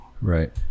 Right